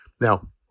Now